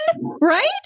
right